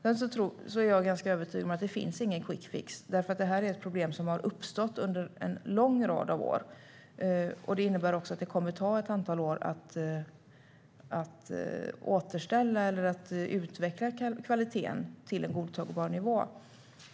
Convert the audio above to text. Jag är ganska övertygad om att det inte finns någon quickfix. Detta är nämligen ett problem som har uppstått under en lång rad år, och det innebär att det kommer att ta ett antal år att återställa eller utveckla kvaliteten till en godtagbar nivå.